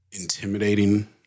intimidating